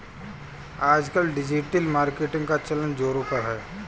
आजकल digital marketing का चलन ज़ोरों पर है